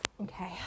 okay